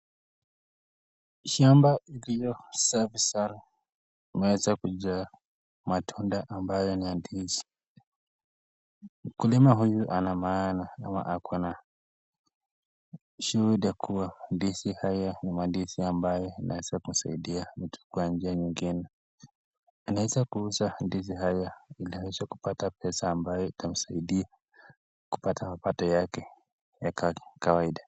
Shamba kubwa safi sana inaweza kujaa matunda ambayo ni ya ndizi mkulima huyu ana maana ama ako na shuhuda kuwa ndizi haya ni mandizi ambayo yanaweza kusaidia mtu kwa njia nyingine. Anaweza kuuza ndizi haya ili aweze kupata pesa ambayo itamsaidia kupata mapato yake ya kawaida.